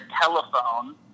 telephone